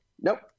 Nope